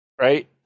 Right